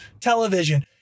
television